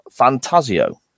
Fantasio